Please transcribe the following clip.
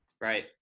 Right